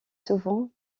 souvent